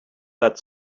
that